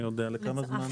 אני יודע, לכמה זמן?